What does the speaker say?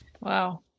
Wow